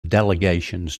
delegations